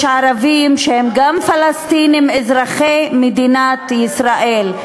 יש ערבים שהם גם פלסטינים אזרחי מדינת ישראל.